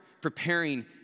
preparing